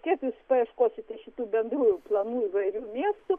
kiek jūs paieškosite šitų bendrųjų planų įvairių miestų